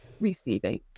receiving